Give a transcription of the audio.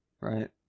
right